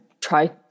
try